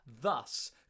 thus